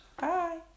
Bye